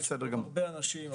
יש עוד הרבה אנשים.